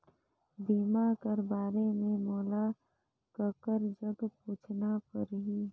बीमा कर बारे मे मोला ककर जग पूछना परही?